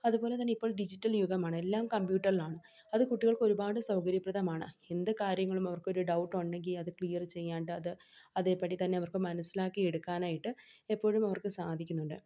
അതുപോലെ തന്നെ ഇപ്പോൾ ഡിജിറ്റൽ യുഗമാണ് എല്ലാം കമ്പ്യൂട്ടറിലാണ് അത് കുട്ടികൾക്ക് ഒരുപാട് സൗകര്യപ്രദമാണ് എന്ത് കാര്യങ്ങളും അവർക്കൊരു ഡൗട്ട് ഉണ്ടെങ്കിൽ അത് ക്ലിയർ ചെയ്യാണ്ട് അത് അതേപടി തന്നെ അവർക്ക് മനസ്സിലാക്കി എടുക്കാനായിട്ട് എപ്പോഴും അവർക്ക് സാധിക്കുന്നുണ്ട്